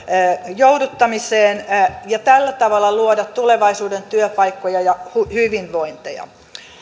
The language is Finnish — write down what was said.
jouduttamiseen ja tällä tavalla luoda tulevaisuuden työpaikkoja ja hyvinvointia